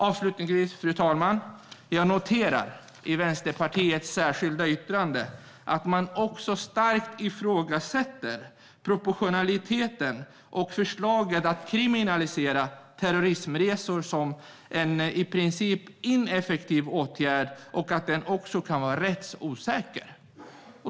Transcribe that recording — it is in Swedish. Avslutningsvis, fru talman, noterar jag att man i Vänsterpartiets särskilda yttrande starkt ifrågasätter proportionaliteten och förslaget att kriminalisera terrorismresor. Man menar att det är en i princip ineffektiv åtgärd och att den också kan vara rättsosäker.